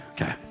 Okay